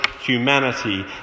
humanity